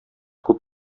күп